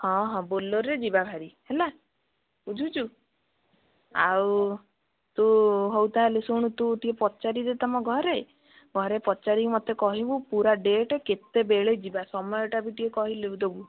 ହଁ ହଁ ବୋଲେରୋରେ ଯିବା ଭାରି ହେଲା ବୁଝୁଛୁ ଆଉ ତୁ ହଉ ତା' ହେଲେ ଶୁଣୁ ତୁ ଟିକିଏ ପଚାରିଦେ ତମ ଘରେ ଘରେ ପଚାରିକି ମୋତେ କହିବୁ ପୁରା ଡେଟ୍ କେତେବେଳେ ଯିବା ସମୟଟା ବି ଟିକିଏ କହିଲୁ ଦେବୁ